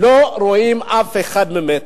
לא רואים אף אחד ממטר.